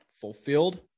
fulfilled